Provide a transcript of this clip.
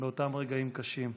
באותם רגעים קשים.